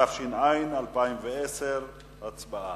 התש"ע 2010. הצבעה.